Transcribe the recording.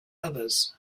others